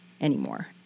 anymore